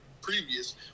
previous